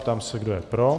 Ptám se, kdo je pro.